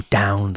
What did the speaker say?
down